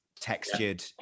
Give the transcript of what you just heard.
textured